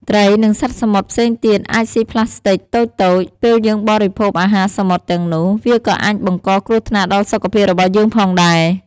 ត្រី និងសត្វសមុទ្រផ្សេងទៀតអាចស៊ីប្លាស្ទិកតូចៗ ពេលយើងបរិភោគអាហារសមុទ្រទាំងនោះ វាក៏អាចបង្កគ្រោះថ្នាក់ដល់សុខភាពរបស់យើងផងដែរ។